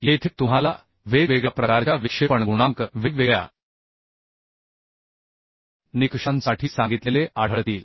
येथे तुम्हाला वेगवेगळ्या प्रकारच्या विक्षेपण गुणांक वेगवेगळ्या निकषांसाठी सांगितलेले आढळतील